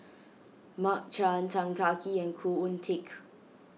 Mark Chan Tan Kah Kee and Khoo Oon Teik